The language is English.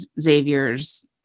Xavier's